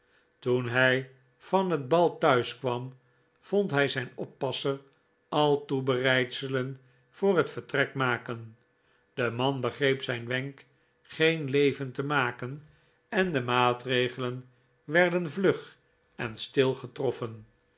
toen hij van het bal thuis kwam vond hij zijn oppasser al toebereidselen voor het vertrek maken de man begreep zijn wenk geen leven te maken en de maatregelen werden vlug en stil